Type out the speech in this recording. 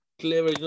clever